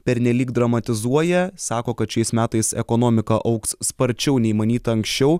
pernelyg dramatizuoja sako kad šiais metais ekonomika augs sparčiau nei manyta anksčiau